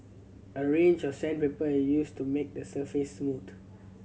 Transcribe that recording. a range of sandpaper is used to make the surface smooth